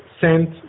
sent